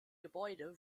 gebäude